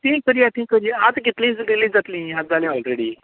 ती करया ती करया आज घेतली डिलीट जातली आज जाली ओलरेडी